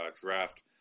draft